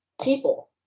people